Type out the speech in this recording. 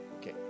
Okay